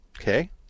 Okay